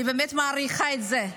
אני באמת מעריכה את זה.